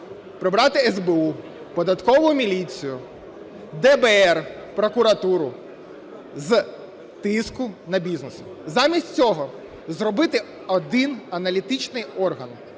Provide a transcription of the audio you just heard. прибрати СБУ, Податкову міліцію, ДБР, прокуратуру з тиску на бізнес. Замість цього зробити один аналітичний орган,